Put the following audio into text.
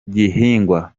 gihingwa